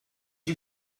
you